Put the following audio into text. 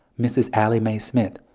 mrs. allie mae smith,